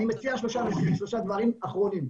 אני מציע שלושה דברים אחרונים.